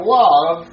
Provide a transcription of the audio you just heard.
love